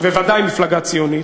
ודאי מפלגה ציונית,